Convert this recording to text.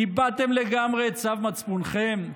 איבדתם לגמרי את צו מצפונכם?